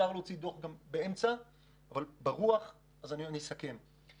אני אסכם לגבי הרוח.